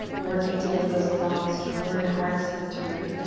working to get those thumbs toward heart center.